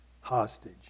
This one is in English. hostage